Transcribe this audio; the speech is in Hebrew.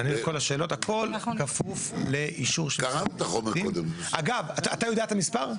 הכל כפוך לאישור של --- אגב, אתה יודע את המספר?